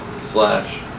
slash